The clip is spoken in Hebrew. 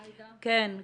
עאידה -- כן.